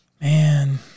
man